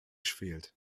fehlt